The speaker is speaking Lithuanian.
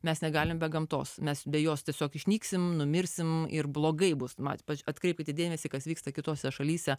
mes negalim be gamtos mes be jos tiesiog išnyksim numirsim ir blogai bus ypač atkreipti dėmesį kas vyksta kitose šalyse